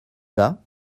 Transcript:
vas